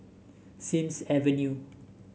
Sims Avenue